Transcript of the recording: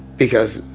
because